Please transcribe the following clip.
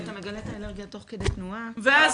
אם אתה מגלה את האלרגיה תוך כדי תנועה --- לא,